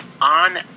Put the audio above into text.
On